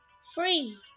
Free